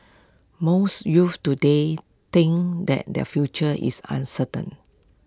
most youths today think that their future is uncertain